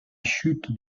chute